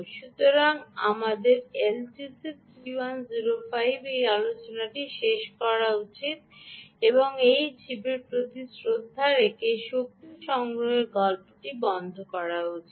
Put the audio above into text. সুতরাং আমাদের এলটিসি 3105 এ এই আলোচনাটি শেষ করা উচিত এবং এই চিপের প্রতি শ্রদ্ধা রেখে শক্তি সংগ্রহের গল্পটি বন্ধ করা উচিত